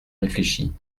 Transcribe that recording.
réfléchi